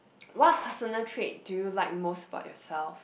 what personality trait do you like most about yourself